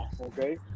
okay